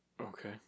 Okay